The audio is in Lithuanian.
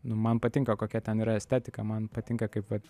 nu man patinka kokia ten yra estetika man patinka kaip va